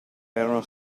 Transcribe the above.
erano